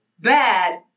bad